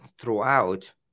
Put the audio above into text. throughout